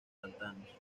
pantanos